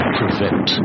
prevent